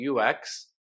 UX